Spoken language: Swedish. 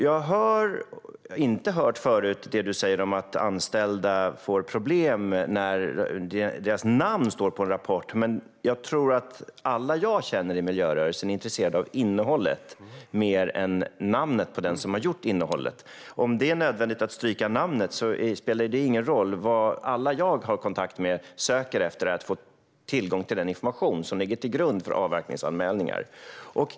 Det ministern säger om att anställda får problem när deras namn står på en rapport har jag inte hört förut, men jag tror att alla jag känner i miljörörelsen är mer intresserade av innehållet än av namnet på den som har gjort innehållet. Om det är nödvändigt att stryka namnet spelar det ingen roll. Vad alla jag har kontakt med vill är att få tillgång till den information som ligger till grund för avverkningsanmälningar.